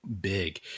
big